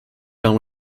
down